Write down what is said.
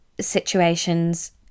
situations